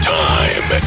time